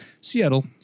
Seattle